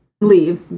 leave